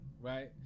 right